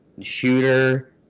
shooter